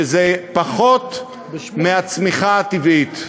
שזה פחות מהצמיחה הטבעית.